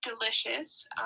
delicious